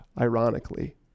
ironically